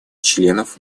членов